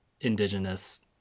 indigenous